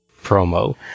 promo